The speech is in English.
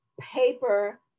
paper